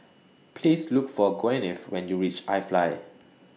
Please Look For Gwyneth when YOU REACH I Fly